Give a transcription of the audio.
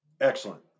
excellent